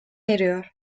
eriyor